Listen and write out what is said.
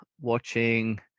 watching